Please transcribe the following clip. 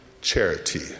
charity